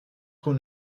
qu’on